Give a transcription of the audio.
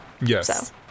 Yes